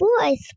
Boys